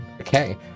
Okay